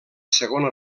segona